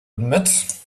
admit